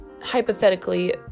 hypothetically